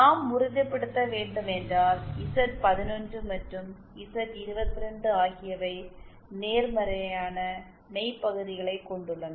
நாம் உறுதிப்படுத்த வேண்டும் என்றால் இசட்11 மற்றும் இசட்22 ஆகியவை நேர்மறையான மெய் பகுதிகளைக் கொண்டுள்ளன